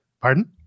pardon